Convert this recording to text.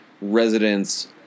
residents